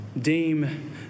deem